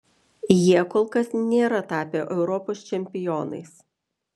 jie kol kas nėra tapę europos čempionais